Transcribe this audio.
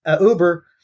Uber